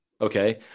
Okay